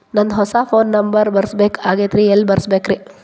ನಂದ ಹೊಸಾ phone number ಬರಸಬೇಕ್ ಆಗೈತ್ರಿ ಎಲ್ಲೆ ಬರಸ್ಬೇಕ್ರಿ?